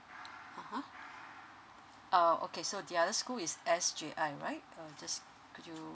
uh oh okay so the other school is s j i right uh you